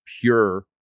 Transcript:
pure